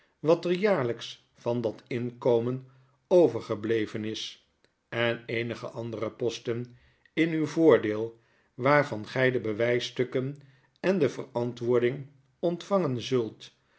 wat er jaarlyks van dat inkomen overgebleven is en eenige andere posten in uw voordeel waarvan gy de bewysstukken en de verantwoording ontvangen zult